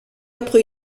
après